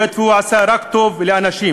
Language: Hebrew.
היות שהוא עשה רק טוב לאנשים,